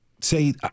say